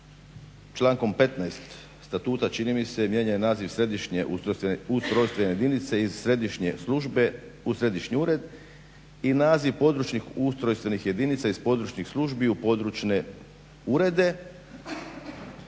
člankom 15.statuta mijenja naziv središnje ustrojstvene jedinice i središnje službe u središnji ured i naziv područnih ustrojstvenih jedinica iz područnih službi u područne urede,